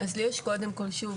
אז לי יש קודם כל שוב,